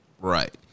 Right